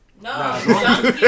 No